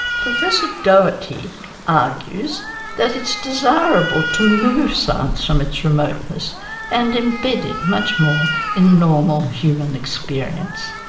professor doherty argues that it's desirable to move science from its remoteness and embed it much more in normal human experience.